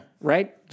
right